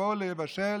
יבואו לבשל,